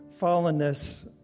fallenness